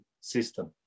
system